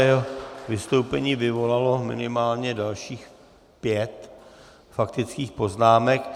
Jeho vystoupení vyvolalo minimálně dalších pět faktických poznámek.